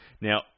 Now